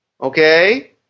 Okay